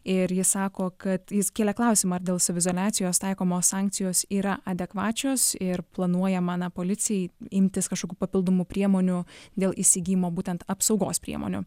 ir jis sako kad jis kėlė klausimą ar dėl saviizoliacijos taikomos sankcijos yra adekvačios ir planuojama na policijai imtis kažkokių papildomų priemonių dėl įsigijimo būtent apsaugos priemonių